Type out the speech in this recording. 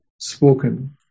spoken